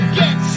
get